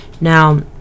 now